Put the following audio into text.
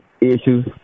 issues